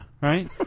right